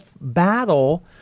battle